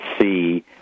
see